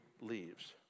leaves